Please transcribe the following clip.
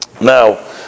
Now